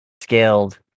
scaled